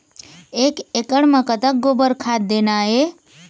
एक एकड़ म कतक गोबर खाद देना ये?